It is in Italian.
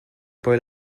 poi